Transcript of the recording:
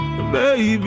Baby